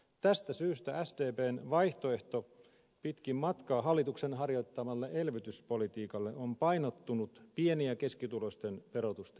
tästä syystä sdpn vaihtoehto pitkin matkaa hallituksen harjoittamalle elvytyspolitiikalle on painottunut pieni ja keskituloisten verotuksen keventämiseen